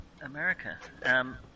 America